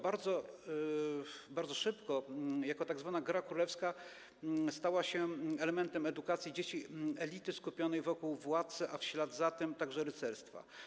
Bardzo szybko jako tzw. gra królewska szachy stały się elementem edukacji dzieci elity skupionej wokół władcy, a w ślad za tym także rycerstwa.